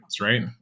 right